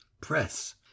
Press